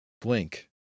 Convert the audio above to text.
Blink